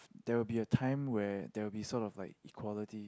there will be a time where there will be sort of like equality